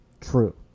True